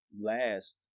last